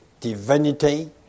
divinity